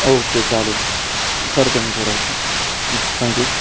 okay चालेल करतो मी थोडंस यस थँक्यू